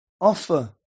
offer